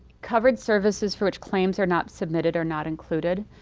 covered services for which claims are not submitted are not included.